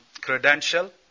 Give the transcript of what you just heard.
credential